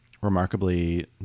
remarkably